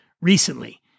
recently